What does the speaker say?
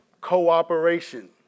cooperation